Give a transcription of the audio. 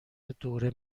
دوره